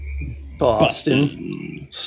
Boston